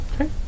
Okay